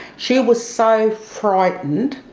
she was so frightened,